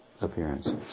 appearance